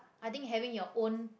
I think having your own